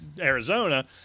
Arizona